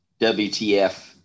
wtf